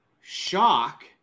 shock